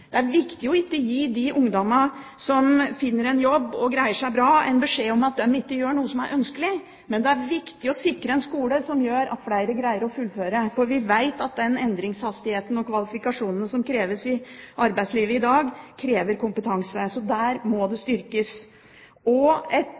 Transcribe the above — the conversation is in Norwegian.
Det er viktig å ikke gi de ungdommene som finner en jobb og greier seg bra, en beskjed om at de ikke gjør noe som er ønskelig, men det er viktig å sikre en skole som gjør at flere greier å fullføre. For vi vet at endringshastigheten, og kvalifikasjonene som kreves, i arbeidslivet i dag krever kompetanse. Så dette må styrkes. Et enkelt tiltak som handler om det